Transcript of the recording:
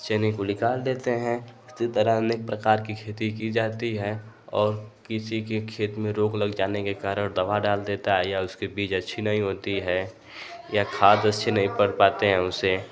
चने को निकाल लेते हैं इसी तरह अनेक प्रकार की खेती की जाती है और किसी के खेत में रोग लग जाने के कारण दवा डाल देता है या उसकी बीज अच्छी नहीं होती है या खाद अच्छी नहीं पड़ पाते हैं उसे